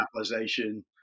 capitalization